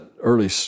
early